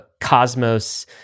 Cosmos